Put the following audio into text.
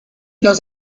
los